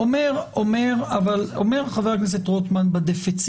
חבר הכנסת רוטמן אומר שתשומת הלב לערכים הללו קיימת בדפיציט.